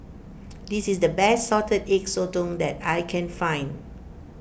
this is the best Salted Egg Sotong that I can find